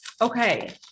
Okay